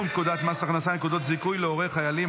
פקודת מס הכנסה (נקודות זיכוי להורי חיילים),